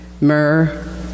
myrrh